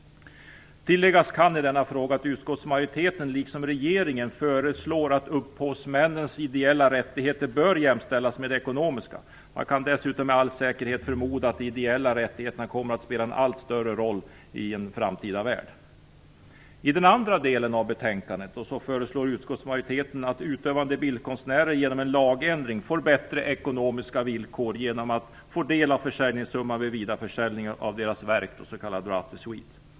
Tilläggas kan i denna fråga att utskottsmajoriteten, liksom regeringen, föreslår att upphovsmännens ideella rättigheter skall jämställas med de ekonomiska. Man kan dessutom med all säkerhet förmoda att de ideella rättigheterna kommer att spela en allt större roll i en framtida värld. I den andra delen av detta betänkande föreslår utskottsmajoriteten att utövande bildkonstnärer genom en lagändring skall få bättre ekonomiska villkor genom att de får del av försäljningssumman vid vidareförsäljning av deras verk, s.k. droit de suite.